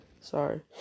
Sorry